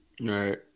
Right